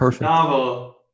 novel